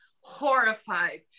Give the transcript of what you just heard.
horrified